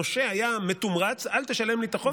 הנושה היה מתומרץ: אל תשלם לי את החוב,